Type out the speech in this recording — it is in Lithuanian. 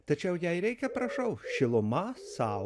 tačiau jei reikia prašau šiluma sau